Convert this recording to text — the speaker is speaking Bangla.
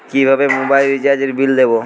কিভাবে মোবাইল রিচার্যএর বিল দেবো?